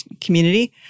community